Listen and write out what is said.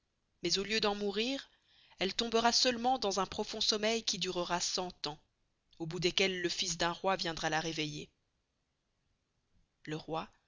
mais au lieu d'en mourir elle tombera seulement dans un profond sommeil qui durera cent ans au bout desquels le fils d'un roi viendra la réveiller le roi